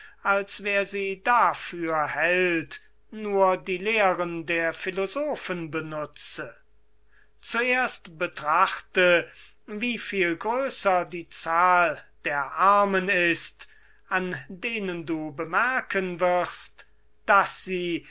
als wer sie dafür hält nur die lehren der philosophen benutze zuerst betrachte wie viel größer die zahl der armen ist an denen du bemerken wirst daß sie